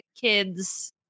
kids